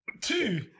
Two